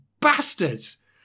bastards